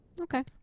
Okay